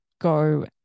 go